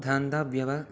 गन्तव्यः